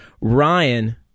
Ryan